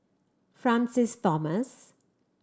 Francis Thomas